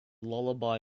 lullaby